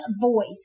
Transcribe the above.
voice